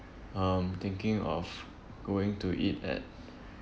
um thinking of going to eat at